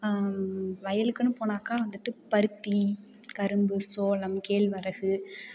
வயலுக்கெனு போனாக்கால் வந்துட்டு பருத்தி கரும்பு சோளம் கேழ்வரகு